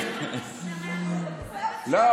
טוב,